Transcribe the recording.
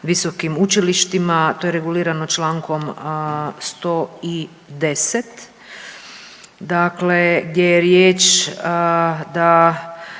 visokim učilištima, to je regulirano čl. 110., dakle gdje je riječ da